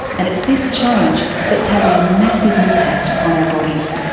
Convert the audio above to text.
and it's this change that's having a massive impact on our bodies.